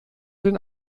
den